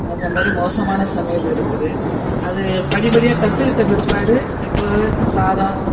அந்தமாரி மோசமான சமையல் இருக்குது அது படிப்படியாக கற்றுக்கிட்ட பிற்பாடு இப்போது சாதம் ஸ்